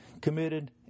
committed